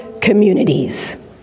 communities